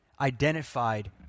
identified